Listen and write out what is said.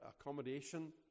accommodation